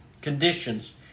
conditions